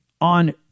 on